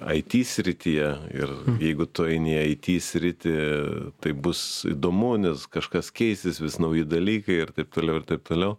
it srityje ir jeigu tu eini į it sritį tai bus įdomu nes kažkas keisis vis nauji dalykai ir taip toliau ir taip toliau